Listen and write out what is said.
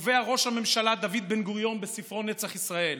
קבע ראש הממשלה דוד בן-גוריון בספרו "נצח ישראל".